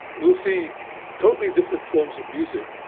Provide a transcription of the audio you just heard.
we'll see totally different forms of music,